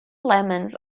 lemons